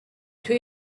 توی